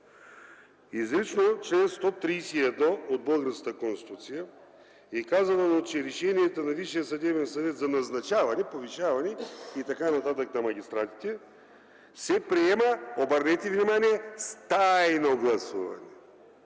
Изрично чл. 131 от българската Конституция е казал, че решенията на Висшия съдебен съвет за назначаване, повишаване и т.н. на магистратите се приема, обърнете внимание, с – таайно гласуване,